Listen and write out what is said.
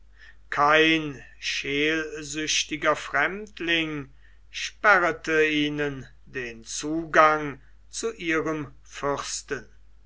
kein scheelsüchtiger fremdling sperrte ihnen den zugang zu ihrem fürsten